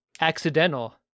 accidental